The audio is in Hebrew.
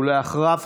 אחריו,